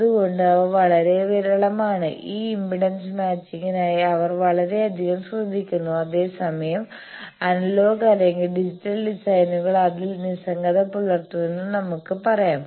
അതുകൊണ്ട് അവ വളരെ വിരളമാണ് ഈ ഇംപിഡൻസ് മാച്ചിങ്ങിനായി അവർ വളരെയധികം ശ്രദ്ധിക്കുന്നു അതേസമയം അനലോഗ് അല്ലെങ്കിൽ ഡിജിറ്റൽ ഡിസൈനുകൾ അതിൽ നിസ്സംഗത പുലർത്തുന്നുവെന്ന് നമുക്ക് പറയാം